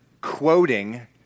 quoting